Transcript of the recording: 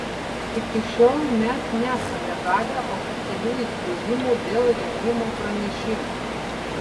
iki šiol mes nesame gavę oficialių įspėjimų dėl rėmimo pranešimų